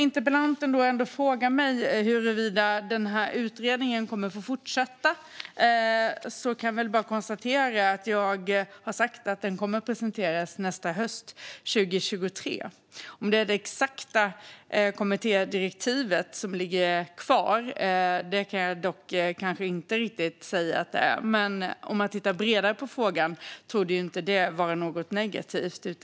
Interpellanten frågar mig om utredningen kommer att få fortsätta. Jag kan bara konstatera att jag har sagt att dess betänkande kommer att presenteras nästa höst, 2023. Jag kanske inte kan säga att det är det exakta kommittédirektivet som ligger kvar, men om man tittar bredare på frågan torde inte det vara något negativt.